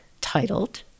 titled